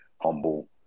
humble